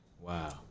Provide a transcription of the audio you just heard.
Wow